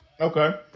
Okay